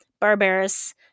barbarous